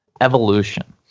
evolution